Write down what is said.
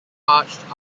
arched